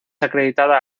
acreditada